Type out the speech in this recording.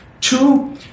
Two